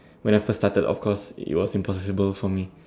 when I first started of course it was impossible for me